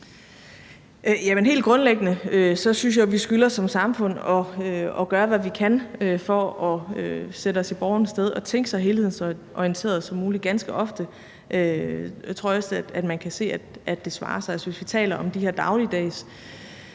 Helt grundlæggende synes jeg jo, vi som samfund skylder at gøre, hvad vi kan for at sætte os i borgernes sted og tænke så helhedsorienteret som muligt, og ganske ofte tror jeg også man kan se at det svarer sig. Hvis vi taler om de her dagligdags